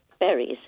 berries